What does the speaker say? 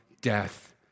death